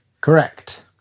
Correct